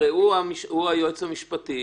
הרי הוא היועץ המשפטי,